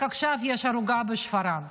רק שעכשיו יש הרוגה בשפרעם.